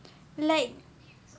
like